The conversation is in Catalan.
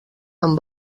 amb